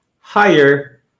higher